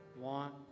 want